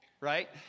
right